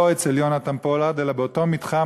לא אצל יהונתן פולארד אלא באותו מתחם.